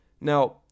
Now